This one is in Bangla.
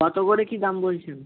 কত করে কী দাম বলছেন